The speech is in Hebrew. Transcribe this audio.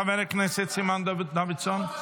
חבר הכנסת סימון דוידסון.